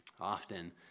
Often